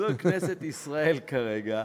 זו כנסת ישראל כרגע.